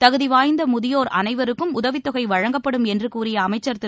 தகுதிவாய்ந்த முதியோர் அனைவருக்கும் உதவித்தொகை வழங்கப்படும என்று கூறிய அமைச்சர் திரு